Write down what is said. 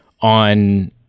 on